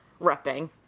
repping